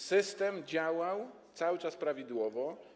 System działał cały czas prawidłowo.